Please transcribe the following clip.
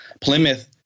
Plymouth